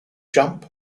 jump